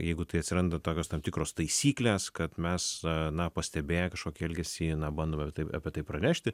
jeigu tai atsiranda tokios tam tikros taisyklės kad mes na pastebėję kažkokį elgesį bandome apie apie tai pranešti